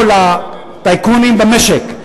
או לטייקונים במשק,